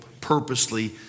purposely